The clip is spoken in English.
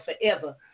forever